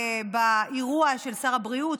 באירוע של שר הבריאות,